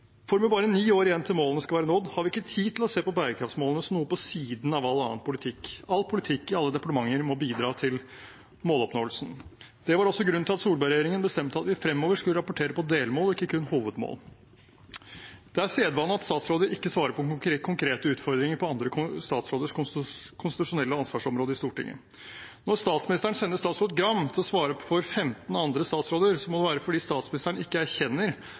bare ni år igjen til målene skal være nådd har vi ikke tid til å se på bærekraftsmålene som noe på siden av all annen politikk. All politikk i alle departementer må bidra til måloppnåelsen. Det var også grunnen til at Solberg-regjeringen bestemte at vi fremover skulle rapportere på delmål – ikke kun hovedmål. Det er sedvane at statsråder ikke svarer på konkrete utfordringer på andre statsråders konstitusjonelle ansvarsområde i Stortinget. Når statsministeren sender statsråd Gram til å svare for 15 andre statsråder, må det være fordi statsministeren ikke erkjenner